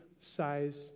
size